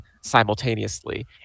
simultaneously